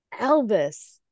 Elvis